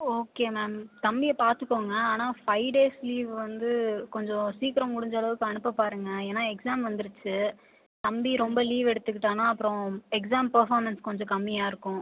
okay ma'am தம்பியை பார்த்துக்கோங்க ஆனால் ஃபைவ் டேஸ் லீவ் வந்து கொஞ்சம் சீக்கிரம் முடிஞ்ச அளவுக்கு அனுப்ப பாருங்கள் ஏன்னால் எக்ஸாம் வந்துடுச்சு தம்பி ரொம்ப லீவ் எடுத்துக்கிட்டான்னா அப்புறம் எக்ஸாம் பர்ஃபாமன்ஸ் கொஞ்சம் கம்மியாக இருக்கும்